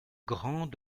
grands